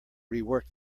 rework